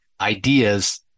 Ideas